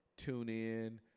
TuneIn